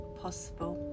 possible